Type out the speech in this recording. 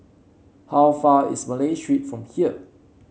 how far is Malay Street from here